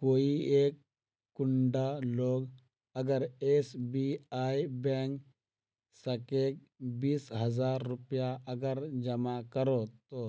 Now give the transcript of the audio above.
कोई एक कुंडा लोग अगर एस.बी.आई बैंक कतेक बीस हजार रुपया अगर जमा करो ते